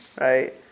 right